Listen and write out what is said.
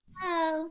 Hello